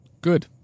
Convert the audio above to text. Good